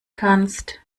kannst